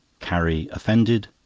carrie offended.